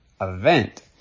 event